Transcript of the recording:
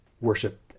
worship